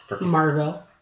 Marvel